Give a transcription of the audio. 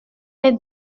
est